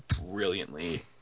brilliantly